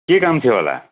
के काम थियो होला